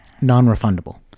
non-refundable